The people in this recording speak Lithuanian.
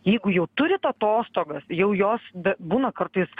jeigu jau turit atostogas jau jos be būna kartais